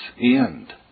end